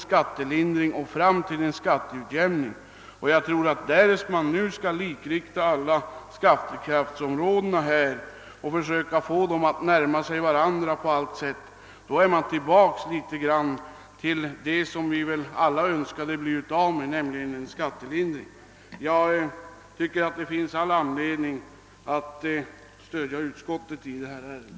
Jag tror att därest man nu skall likrikta alla skattekraftsområden och på allt sätt försöka få dem att närma sig varandra, så är man tillbaka i någon mån till vad vi alla 1965 önskade bli av med, nämligen systemet med skattelindringsbidrag. Jag tycker att det finns all anledning att stödja utskottet i detta ärende.